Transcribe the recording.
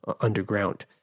underground